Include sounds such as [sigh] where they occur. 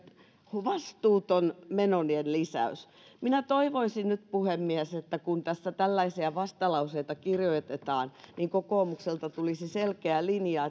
vastuuton menojenlisäys minä toivoisin nyt puhemies että kun tällaisia vastalauseita kirjoitetaan niin kokoomukselta tulisi selkeä linja [unintelligible]